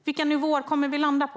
Vilka nivåer kommer vi att landa på?